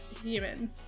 human